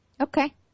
Okay